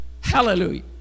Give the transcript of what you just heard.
Hallelujah